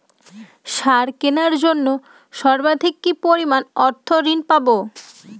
সার কেনার জন্য সর্বাধিক কি পরিমাণ অর্থ ঋণ পাব?